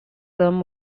them